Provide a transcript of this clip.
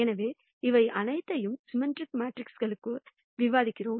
எனவே இவை அனைத்தையும் சிம்மெட்ரிக் மேட்ரிக்ஸ்க்குகளுக்கு விவாதிக்கிறோம்